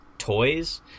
toys